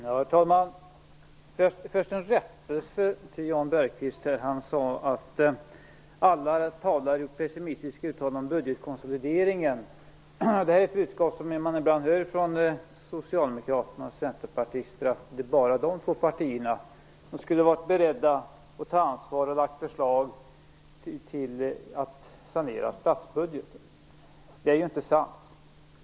Herr talman! Först en rättelse. Jan Bergqvist säger att alla talare uttrycker sig pessimistiskt om budgetkonsolideringen. Det är ett budskap som man ibland hör från socialdemokrater och centerpartister. De menar att det bara är de som är beredda att ta ansvar för och lägga fram förslag om en sanering av statsbudgeten. Det är inte sant.